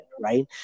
right